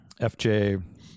FJ